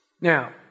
Now